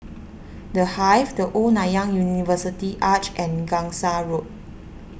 the Hive the Old Nanyang University Arch and Gangsa Road